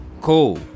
cool